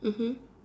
mmhmm